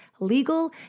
legal